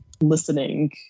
listening